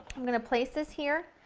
i'm going to place this here,